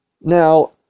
Now